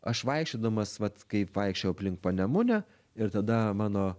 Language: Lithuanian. aš vaikščiodamas vat kaip vaikščiojau aplink panemunę ir tada mano